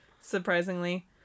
surprisingly